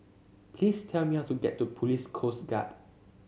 please tell me how to get to Police Coast Guard